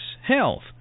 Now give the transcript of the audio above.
health